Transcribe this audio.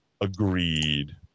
agreed